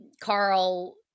Carl